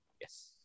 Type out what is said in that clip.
Yes